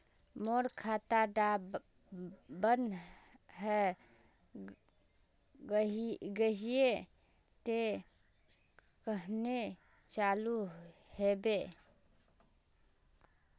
मोर खाता डा बन है गहिये ते कन्हे चालू हैबे?